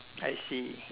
I see